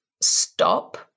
stop